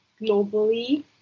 globally